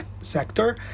sector